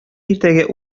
иртәгә